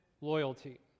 loyalty